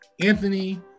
anthony